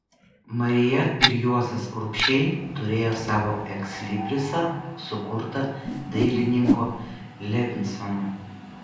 marija ir juozas urbšiai turėjo savo ekslibrisą sukurtą dailininko levinsono